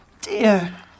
dear